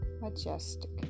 majestic